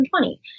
2020